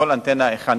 היושב-ראש,